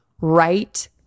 right